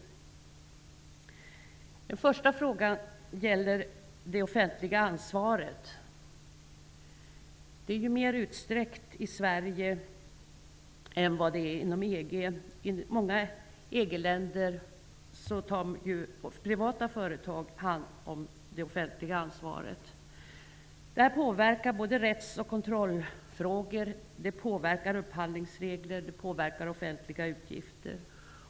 Den första frågan gäller det offentliga ansvaret, som ju i Sverige har större utsträckning än vad som är fallet inom EG. I många EG-länder tar ju privata företag hand om det offentliga ansvaret, något som påverkar inte bara rätts och kontrollfrågor utan också upphandlingsregler och offentliga utgifter.